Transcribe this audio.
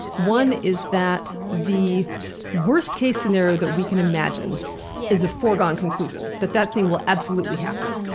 one is that the worst-case scenario that we can imagine is a foregone conclusion that that thing will absolutely happen.